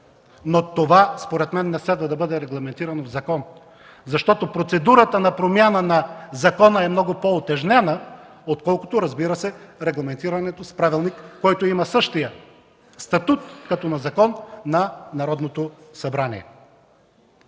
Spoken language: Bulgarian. служби. Според мен това не следва да бъде регламентирано в закон, защото процедурата на промяна на закона е много по-утежнена, отколкото, разбира се, регламентирането с правилник, който има същия статут като на закон на Народното събрание.